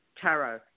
tarot